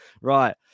Right